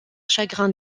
chagrin